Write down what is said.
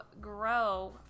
grow